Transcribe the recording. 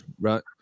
right